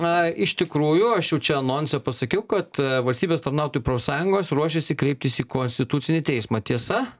na iš tikrųjų aš jau čia anonse pasakiau kad valstybės tarnautojų profsąjungos ruošiasi kreiptis į konstitucinį teismą tiesa